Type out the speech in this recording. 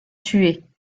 tués